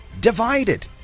divided